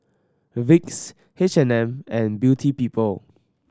Vicks H and M and Beauty People